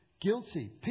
Guilty